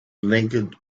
lingered